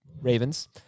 Ravens